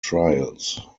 trials